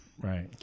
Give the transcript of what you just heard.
Right